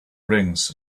rings